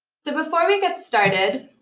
so before we get started,